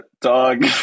dog